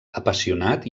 apassionat